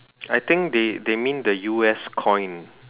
I think they they mean the U_S coin